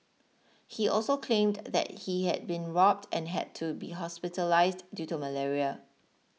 he also claimed that he had been robbed and had to be hospitalised due to malaria